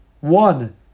one